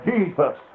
Jesus